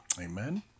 amen